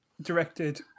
Directed